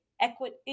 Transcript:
equity